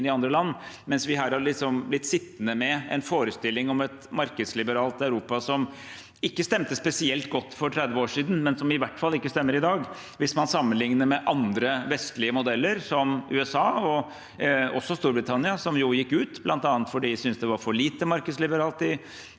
mens vi her har blitt sittende med en forestilling om et markedsliberalt Europa, som ikke stemte spesielt godt for 30 år siden, og som i hvert fall ikke stemmer i dag hvis man sammenligner med andre vestlige modeller, som USA, og også Storbritannia, som jo gikk ut bl.a. fordi de syntes det var for lite markedsliberalt i EU,